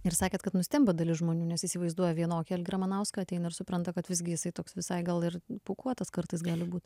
ir sakėt kad nustemba dalis žmonių nes įsivaizduoja vienokį algį ramanauską ateina ir supranta kad visgi jisai toks visai gal ir pūkuotas kartais gali būt